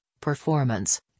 performance